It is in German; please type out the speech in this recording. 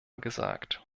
gesagt